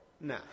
nah